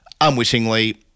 unwittingly